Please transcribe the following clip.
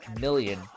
million